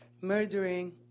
murdering